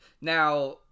Now